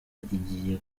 igiye